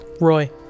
Roy